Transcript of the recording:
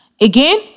Again